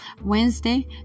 Wednesday